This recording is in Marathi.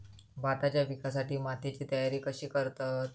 भाताच्या पिकासाठी मातीची तयारी कशी करतत?